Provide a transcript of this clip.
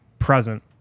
present